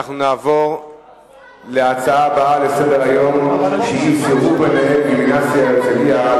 אנחנו נעבור לנושא הבא בסדר-היום: סירוב מנהל גימנסיה "הרצליה"